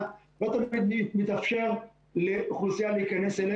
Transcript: לא תמיד מתאפשר לאוכלוסייה להיכנס אליהם.